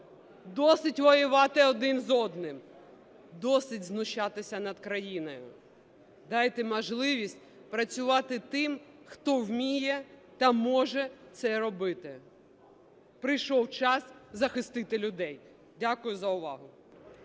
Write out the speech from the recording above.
Досить воювати один з одним. Досить знущатися над країною. Дайте можливість працювати тим, хто вміє та може це робити. Прийшов час захистити людей. Дякую за увагу.